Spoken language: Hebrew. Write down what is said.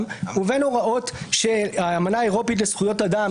ובין הוראות של האמנה האירופית לזכויות אדם,